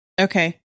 Okay